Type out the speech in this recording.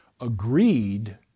agreed